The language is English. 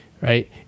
right